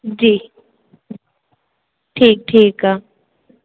जी ठीकु ठीकु आहे